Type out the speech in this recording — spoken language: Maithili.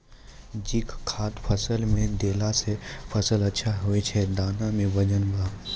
जिंक खाद फ़सल मे देला से फ़सल अच्छा होय छै दाना मे वजन ब